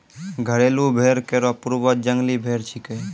घरेलू भेड़ केरो पूर्वज जंगली भेड़ छिकै